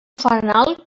fanal